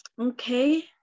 Okay